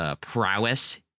prowess